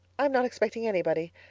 i'm not expecting anybody.